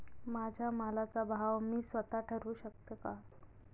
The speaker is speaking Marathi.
माझ्या मालाचा भाव मी स्वत: ठरवू शकते का?